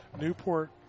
Newport